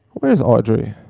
where's audrey?